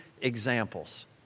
examples